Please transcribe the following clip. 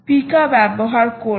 Pika ব্যবহার করবে